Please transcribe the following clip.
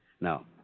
Now